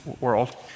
world